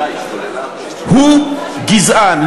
הוא גזען.